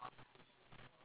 !wah!